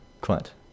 Clint